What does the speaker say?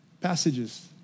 passages